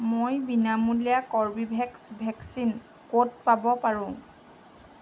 মই বিনামূলীয়া Corbevax vaccine ক'ত পাব পাৰোঁ